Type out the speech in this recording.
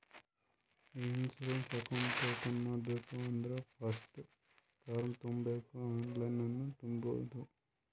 E insurance account open ಮಾಡ್ಬೇಕ ಅಂದುರ್ first form ತುಂಬಬೇಕ್ ಆನ್ಲೈನನ್ನು ತುಂಬೋದು